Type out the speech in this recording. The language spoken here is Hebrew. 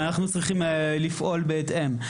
ואנחנו צריכים לפעול בהתאם.